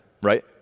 right